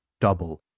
double